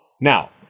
Now